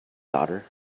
daughter